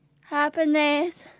happiness